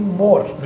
more